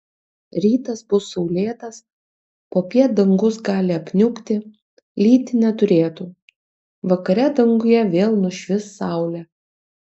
rytas bus saulėtas popiet dangus gali apniukti lyti neturėtų vakare danguje vėl nušvis saulė